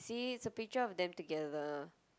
see it's a picture of them together